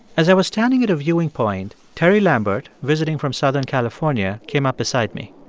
as i was standing at a viewing point, terry lambert, visiting from southern california, came up beside me.